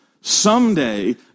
Someday